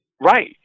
Right